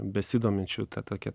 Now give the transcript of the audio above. besidominčių ta tokia